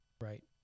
right